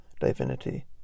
divinity